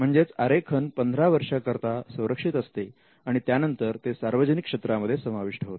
म्हणजेच आरेखन 15 वर्षाकरता संरक्षित असते आणि त्यानंतर ते सार्वजनिक क्षेत्रामध्ये समाविष्ट होते